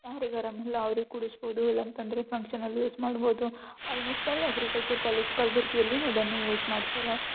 ಯಾರಿಗೆ ಅರಾಮಿಲ್ಲ ಅವ್ರಿಗೆ ಕುಡಿಸ್ಬೌದು ಇಲ್ಲಾಂತಂದರೆ ಫಂಕ್ಷನಲ್ಲಿ ಯೂಸ್ ಮಾಡ್ಬೌದು ಆಲ್ಮೋಸ್ಟ್ ಅಲ್ ಅಗ್ರಿಕಲ್ಚರ್ ಕಾಲೇಜ್ ಕಲ್ಬುರ್ಗಿಯಲ್ಲಿ ಅದನ್ನೇ ಯೂಸ್ ಮಾಡ್ತಾರೆ